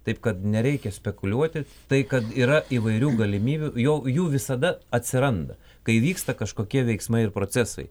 taip kad nereikia spekuliuoti tai kad yra įvairių galimybių jau jų visada atsiranda kai vyksta kažkokie veiksmai ir procesai